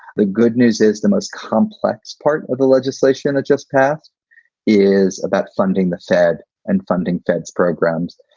the good news is the most complex part of the legislation that just passed is about funding the fed and funding feds programs.